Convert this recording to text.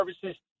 services